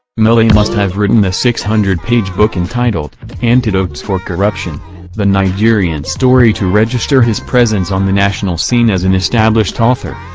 melaye must have written the six hundred page book entitled antidotes for corruption the nigerian story to register his presence on the national scene as an established author!